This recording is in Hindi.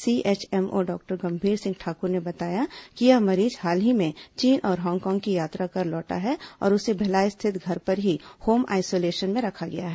सीएचएमओ डॉक्टर गंभीर सिंह ठाकुर ने बताया कि यह मरीज हाल ही में चीन और हांगकांग की यात्रा कर लौटा है और उसे भिलाई स्थित घर पर ही होम आइसोलेशन में रखा गया है